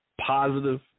positive